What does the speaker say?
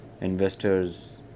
investors